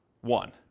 one